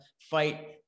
fight